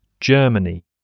Germany